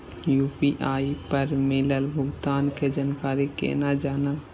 UPI पर मिलल भुगतान के जानकारी केना जानब?